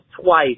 twice